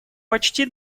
почти